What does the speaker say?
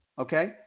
Okay